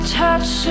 touch